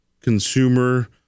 consumer